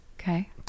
okay